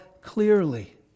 clearly